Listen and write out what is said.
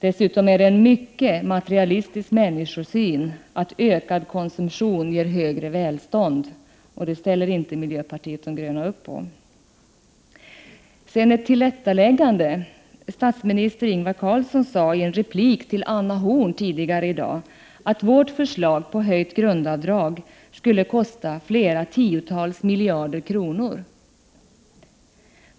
Dessutom är det en mycket materialistisk människosyn att ökad konsumtion ger högre välstånd. Den ställer inte miljöpartiet de gröna upp på. Sedan ett tillrättaläggande. Statsminister Ingvar Carlsson sade i en replik till Anna Horn tidigare i dag att vårt förslag till höjt grundavdrag skulle kosta flera tiotal miljarder kronor.